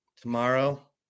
Tomorrow